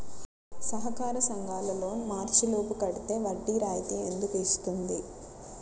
సహకార సంఘాల లోన్ మార్చి లోపు కట్టితే వడ్డీ రాయితీ ఎందుకు ఇస్తుంది?